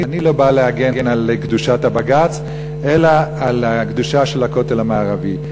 אני לא בא להגן על קדושת הבג"ץ אלא על הקדושה של הכותל המערבי,